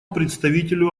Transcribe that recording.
представителю